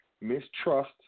mistrust